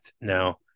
Now